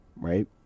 right